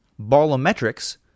Ballometrics